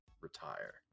retire